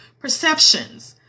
perceptions